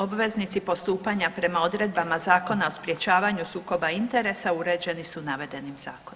Obveznici postupanja prema odredbama Zakona o sprječavanju sukoba interesa uređeni su navedenim zakonom.